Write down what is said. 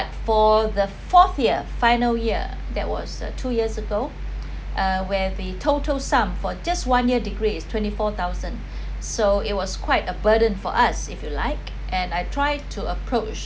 for the fourth year final year that was uh two years ago uh where they total sum for just one year degrees twenty-four thousand so it was quite a burden for us if you like and I tried to approach